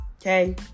okay